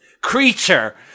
creature